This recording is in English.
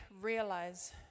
realize